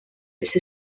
its